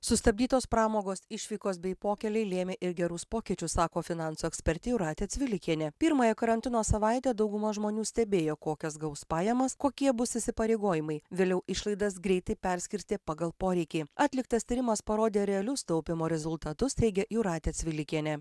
sustabdytos pramogos išvykos bei pokyliai lėmė ir gerus pokyčius sako finansų ekspertė jūratė cvilikienė pirmąją karantino savaitę dauguma žmonių stebėjo kokias gaus pajamas kokie bus įsipareigojimai vėliau išlaidas greitai perskirstė pagal poreikį atliktas tyrimas parodė realius taupymo rezultatus teigia jūratė cvilikienė